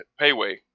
Payway